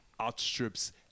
outstrips